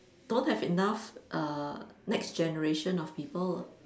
don't have enough uh next generation of people